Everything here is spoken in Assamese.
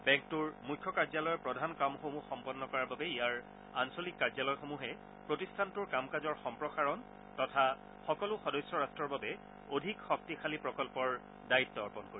বেংকটোৰ মুখ্য কাৰ্যালয়ৰ প্ৰধান কামসমূহ সম্পন্ন কৰাৰ বাবে ইয়াৰ আঞ্চলিক কাৰ্যালয় সমূহে প্ৰতিষ্ঠানটোৰ কাম কাজৰ সম্প্ৰসাৰণ তথা সকলো সদস্য ৰাট্টৰ বাবে অধিক শক্তিশালী প্ৰকল্পৰ দায়িত্ব অৰ্পন কৰিব